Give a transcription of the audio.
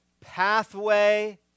pathway